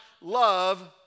love